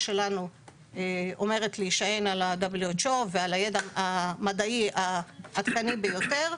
שלנו אומרת להישען על ה- WHO ועל הידע המדעי העדכני ביותר,